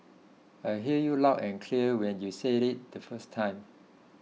I heard you loud and clear when you said it the first time